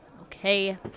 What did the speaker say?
Okay